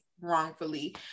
wrongfully